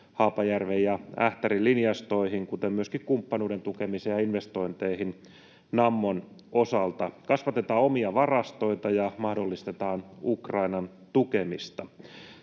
Haapajärven ja Ähtärin linjastoihin — kuin myöskin kumppanuuden tukemiseen ja investointeihin Nammon osalta. Kasvatetaan omia varastoita ja mahdollistetaan Ukrainan tukemista.